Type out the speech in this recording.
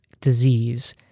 disease